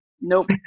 nope